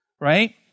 right